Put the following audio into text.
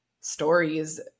stories